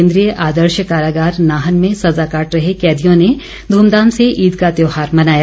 केन्द्रीय आदर्श कारागार नाहन में सजा काट रहे कैदियों ने धूमधाम से ईद का त्योहार मनाया